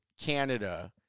Canada